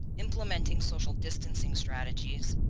implementing social distancing strategies,